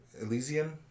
Elysian